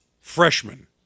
Freshman